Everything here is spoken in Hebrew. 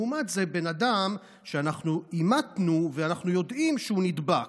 מאומת זה בן אדם שאנחנו אימתנו ואנחנו יודעים שהוא נדבק.